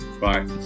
bye